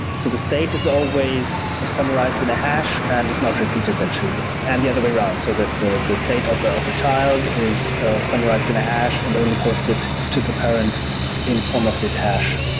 so the state is always summarized in a hash and is not repeated than children and the other way around so that the the state of ah a of a child is summarized in a hash and only posted to the parent in form of this hash.